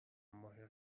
ماهی